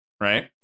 Right